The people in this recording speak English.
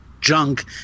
junk